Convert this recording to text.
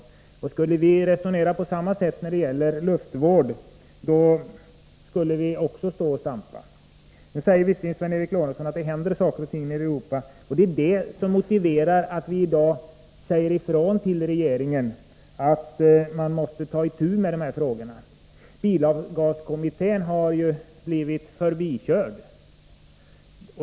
Skulle vi när det gäller vattnet ha resonerat på samma sätt som en del nu gör när det gäller luftvården skulle vi ha stått och stampat på samma ställe som för flera år sedan. Nu säger i och för sig Sven Eric Lorentzon att det händer saker och ting nere i Europa. Det är det som motiverar att vi i dag säger ifrån till regeringen att den måste ta itu med dessa frågor. Bilavgaskommittén har ju blivit förbikörd.